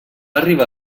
arribar